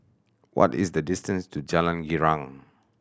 what is the distance to Jalan Girang